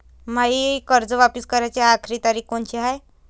मायी कर्ज वापिस कराची आखरी तारीख कोनची हाय?